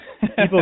People